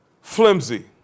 Flimsy